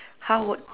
how would